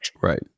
Right